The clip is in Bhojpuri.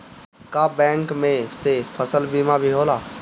का बैंक में से फसल बीमा भी होला?